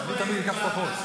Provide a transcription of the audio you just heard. אני תמיד אקח פחות.